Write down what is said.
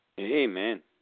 Amen